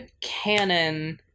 canon